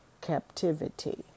captivity